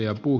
kannatan